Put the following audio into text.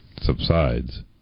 subsides